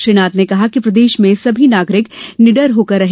श्री नाथ ने कहा कि प्रदेश में सभी नागरिक निडर होकर रहे